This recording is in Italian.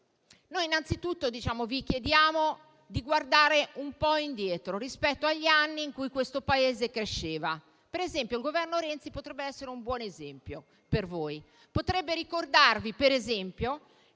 Noi innanzitutto vi chiediamo di guardare un po' indietro rispetto agli anni in cui questo Paese cresceva. Il Governo Renzi potrebbe essere un buon esempio per voi. Potrebbe ricordarvi, per esempio,